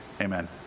Amen